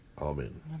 Amen